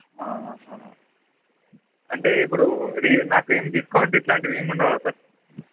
అంటే ఇప్పుడు రి నాకు ఏం డిస్కౌంట్ ఇట్లాంటివేమి ఉండవా సార్